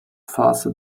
faster